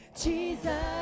Jesus